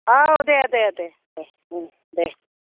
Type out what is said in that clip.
औ दे दे दे देह देह